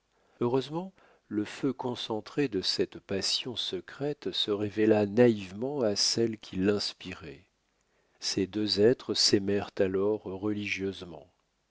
heureusement le feu concentré de cette passion secrète se révéla naïvement à celle qui l'inspirait ces deux êtres s'aimèrent alors